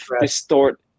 distort